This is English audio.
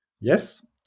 Yes